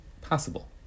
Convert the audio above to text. possible